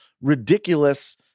ridiculous